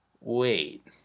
wait